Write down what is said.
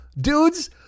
dudes